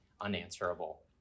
unanswerable